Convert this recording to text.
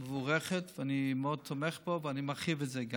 מבורכת, אני מאוד תומך בה, ואני מרחיב את זה,